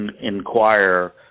inquire